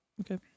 Okay